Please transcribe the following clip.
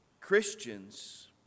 Christians